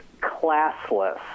classless